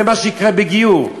זה מה שיקרה בגיור: